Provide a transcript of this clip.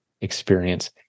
experience